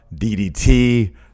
DDT